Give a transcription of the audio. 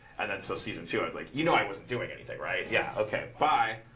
and then, so season two, i was like, you know i wasn't doing anything, right? yeah. ok. bye.